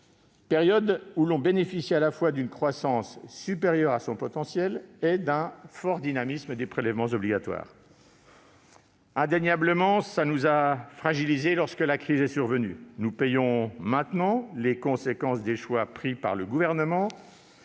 alors que l'on bénéficiait à la fois d'une croissance supérieure à son potentiel et d'un fort dynamisme des prélèvements obligatoires. Cette situation nous a indéniablement fragilisés lorsque la crise est survenue : nous payons maintenant les conséquences des choix pris par le Gouvernement,